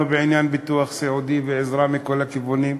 בעניין ביטוח סיעודי ועזרה מכל הכיוונים.